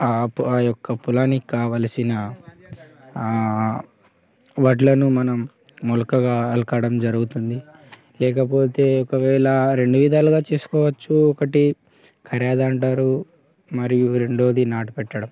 ఆ పొ ఆ యొక్క పొలానికి కావలసిన వడ్లను మనం మొలకగా అలకడం జరుగుతుంది లేకపోతే ఒకవేళ రెండు విధాలుగా చేసుకోవచ్చు ఒకటి ఖర్యాద అంటారు మరియు రెండోది నాటు పెట్టడం